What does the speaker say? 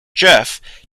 jeff